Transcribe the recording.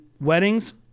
weddings